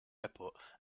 airport